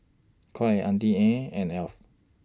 Auntie Anne's and Alf